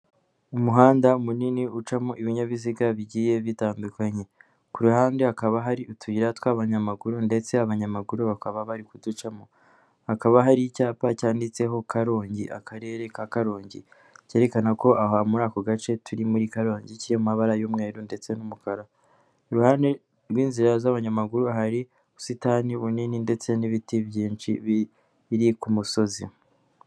Umuhanda munini ucamo ibinyabiziga bigiye bitandukanye ku ruhande hakaba hari utuyira tw'abanyamaguru ndetse abanyamaguru bakaba bari kuducamo hakaba hari icyapa cyanditseho karongi akarere ka karongi cyerekana ko aha muri ako gace turi muri karongi kiri mu mabara y'umweru ndetse n'umukara, kurunde rw'inzira z'abanyamaguru hari ubusitani bunini ndetse n'ibiti byinshi biri ku musozi.